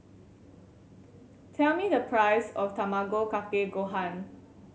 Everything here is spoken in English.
tell me the price of Tamago Kake Gohan